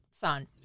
son